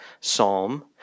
psalm